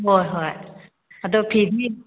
ꯍꯣꯏ ꯍꯣꯏ ꯑꯗꯣ ꯐꯤꯗꯤ